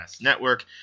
Network